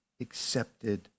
accepted